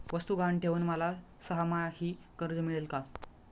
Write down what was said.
वस्तू गहाण ठेवून मला सहामाही कर्ज मिळेल का?